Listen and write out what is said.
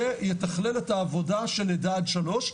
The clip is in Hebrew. שיתכלל את העבודה של לידה עד שלוש.